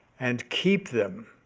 and keep them.